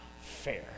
fair